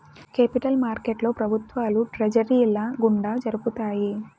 capital మార్కెట్లో ప్రభుత్వాలు ట్రెజరీల గుండా జరుపుతాయి